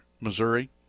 Missouri